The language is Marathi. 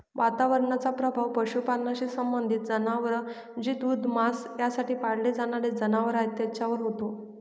वातावरणाचा प्रभाव पशुपालनाशी संबंधित जनावर जे दूध, मांस यासाठी पाळले जाणारे जनावर आहेत त्यांच्यावर होतो